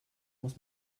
muss